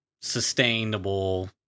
sustainable